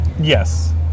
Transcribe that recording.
Yes